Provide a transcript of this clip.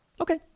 Okay